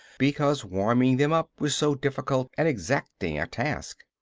because warming them up was so difficult and exacting a task.